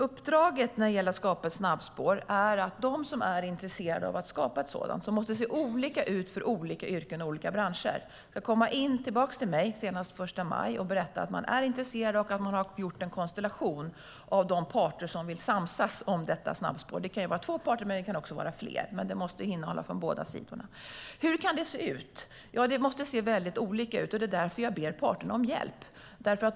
Uppdraget när det gäller att skapa snabbspår är att de som är intresserade av att skapa ett sådant - som måste se olika ut för olika yrken och olika branscher - ska komma tillbaka till mig senast den 1 maj och berätta att man är intresserad och har gjort en konstellation av parter som vill samsas om detta snabbspår. Det kan vara två parter, och det kan också vara fler, men det måste vara från båda sidorna. Hur kan det se ut? Det måste se väldigt olika ut, och det är därför jag ber parterna om hjälp.